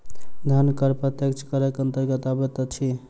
धन कर प्रत्यक्ष करक अन्तर्गत अबैत अछि